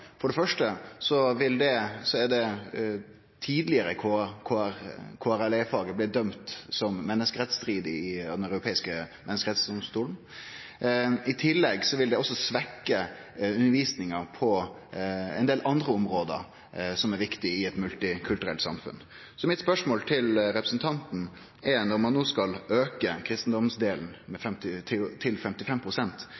For det første er det tidlegare KRL-faget blitt dømt som menneskerettsstridig i Den europeiske menneskerettsdomstolen. I tillegg vil det også svekke undervisninga på ein del andre område som er viktige i eit multikulturelt samfunn. Mitt spørsmål til representanten er: Når ein no skal auke